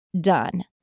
done